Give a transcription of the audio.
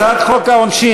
יצאתי בטעות.